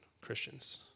Christians